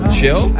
Chill